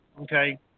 okay